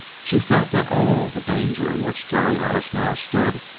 she felt that all the danger in which terry hollis now stood,